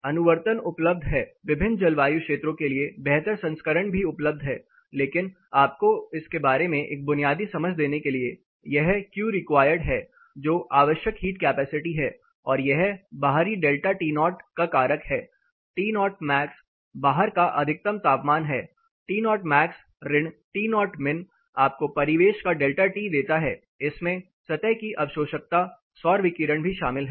अनुवर्तन उपलब्ध हैं विभिन्न जलवायु क्षेत्रों के लिए बेहतर संस्करण भी उपलब्ध हैं लेकिन आपको इसके बारे में एक बुनियादी समझ देने के लिए यह Qreq है जो आवश्यक हीट कैपेसिटी है और यह बाहरी डेल्टा To का कारक है T max बाहर का अधिकतम तापमान है T max ऋण T min आपको परिवेश का डेल्टा T देता है इसमें सतह की अवशोषकता सौर विकिरण भी शामिल है